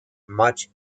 much